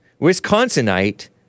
Wisconsinite